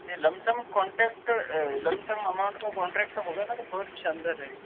नइ lump sum contact lump sum amount का contract होगा ना तो बहुत शानदार रहेगा